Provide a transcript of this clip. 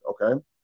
okay